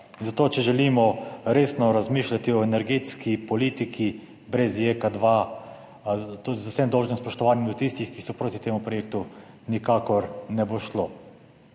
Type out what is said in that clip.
Zato če želimo resno razmišljati o energetski politiki, brez JEK2, tudi z vsem dolžnim spoštovanjem do tistih, ki so proti temu projektu, nikakor ne bo šlo.